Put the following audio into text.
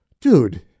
Dude